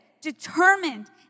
determined